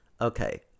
Okay